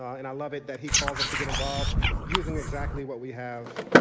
and i love it that he calls us to get involved using exactly what we have.